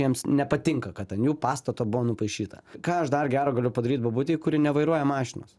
jiems nepatinka kad an jų pastato buvo nupaišyta ką aš dar gero galiu padaryt bobutei kuri nevairuoja mašinos